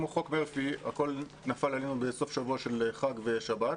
כמו חוק מרפי הכול נפל עלינו בסוף שבוע של חג ושבת.